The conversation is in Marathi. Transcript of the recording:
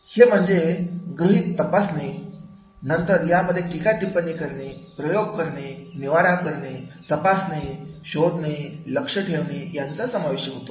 हे म्हणजे गृहीतक तपासणे होय नंतर यामध्ये टीका टिप्पणी करणे प्रयोग करणे निवाडा करणे तपासणे शोधणे लक्ष ठेवणे यांचा समावेश होतो